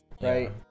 right